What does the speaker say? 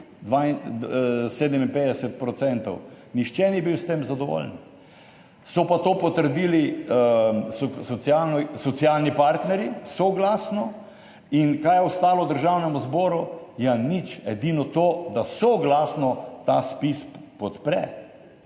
57 %, nihče ni bil s tem zadovoljen, so pa to potrdili socialni partnerji, soglasno. In kaj je ostalo Državnemu zboru? Ja, nič, edino to, da soglasno ta spis podpre.